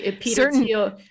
certain